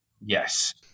yes